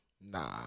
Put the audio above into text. Nah